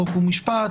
חוק ומשפט,